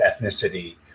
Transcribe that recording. ethnicity